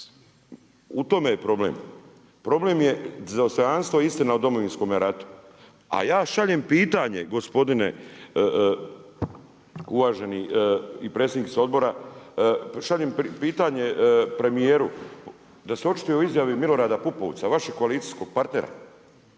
U tome je problem. Problem je za dostojanstvo i istina o Domovinskome ratu. A ja šaljem pitanje, gospodine uvaženi i predsjedniče odbora, šaljem pitanje premijeru da se očituje o izjavi Milorada Pupovca vašeg koalicijskog partnera